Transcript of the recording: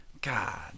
God